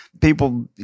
people